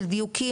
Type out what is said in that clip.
של דיוקים,